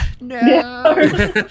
No